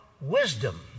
wisdom